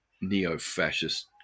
neo-fascist